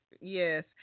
yes